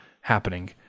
Happening